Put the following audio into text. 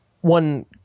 one